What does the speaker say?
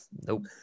Nope